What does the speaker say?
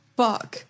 fuck